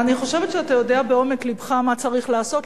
אני חושבת שאתה יודע בעומק לבך מה צריך לעשות,